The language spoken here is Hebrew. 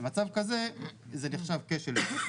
מצב כזה נחשב כשל שוק.